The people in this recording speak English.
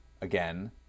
again